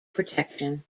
protection